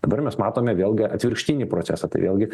dabar mes matome vėlgi atvirkštinį procesą tai vėlgi